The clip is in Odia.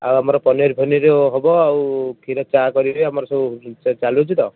ଆଉ ଆମର ପନିର ଫନିର ହେବ ଆଉ କ୍ଷୀର ଚା' କରିବି ଆମର ସବୁ ଚାଲୁଛି ତ